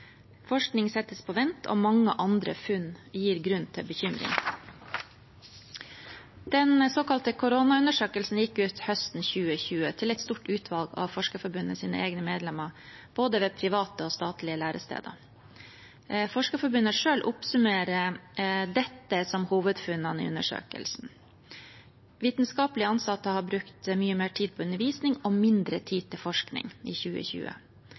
Forskning settes på vent, og mange andre funn gir grunn til bekymring. Den såkalte koronaundersøkelsen gikk ut høsten 2020 til et stort utvalg av Forskerforbundets egne medlemmer ved både private og statlige læresteder. Forskerforbundet selv oppsummerer dette som hovedfunnene i undersøkelsen: Vitenskapelige ansatte har brukt mye mer tid på undervisning og mindre tid på forskning i 2020.